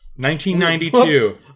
1992